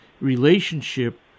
relationship